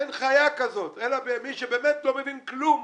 אין חיה כזאת, אלא אצל מי שבאמת לא מבין כלום,